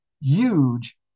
huge